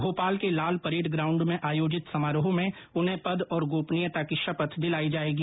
भोपाल के Lal parade ground में आयोजित समारोह में उन्हें पद और गोपनीयता की शपथ दिलाई जाएगी